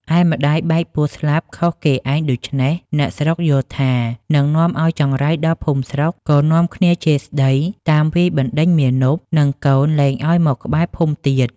ឯម្ដាយបែកពោះស្លាប់ខុសគេឯងដូច្នេះ អ្នកស្រុកយល់ថានឹងនាំឲ្យចង្រៃដល់ភូមិស្រុក ក៏នាំគ្នាជេរស្ដី តាមវាយបណ្ដេញមាណព និងកូនលែងឲ្យមកក្បែរភូមិទៀត។